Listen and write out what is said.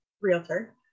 realtor